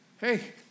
Hey